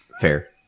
Fair